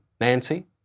Nancy